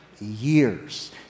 years